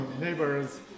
neighbors